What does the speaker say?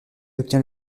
obtient